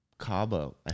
cabo